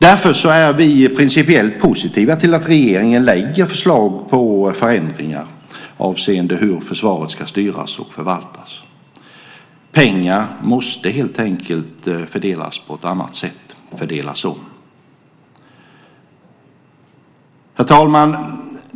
Därför är vi principiellt positiva till att regeringen lägger fram förslag om förändringar avseende hur försvaret ska styras och förvaltas. Pengar måste helt enkelt fördelas på ett annat sätt, fördelas om. Herr talman!